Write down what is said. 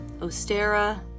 Ostera